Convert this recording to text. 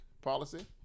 policy